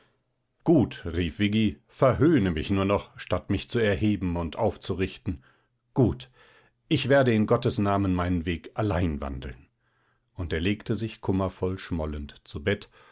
gut rief viggi verhöhne mich nur noch statt mich zu erheben und aufzurichten gut ich werde in gottes namen meinen weg allein wandeln und er legte sich kummervoll schmollend zu bett